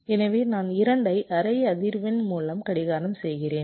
எனவே நான் 2 ஐ அரை அதிர்வெண் மூலம் கடிகாரம் செய்கிறேன்